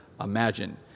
imagine